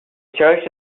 church